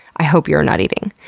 i hope you're not eating.